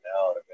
out